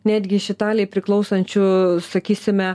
netgi iš italei priklausančių sakysime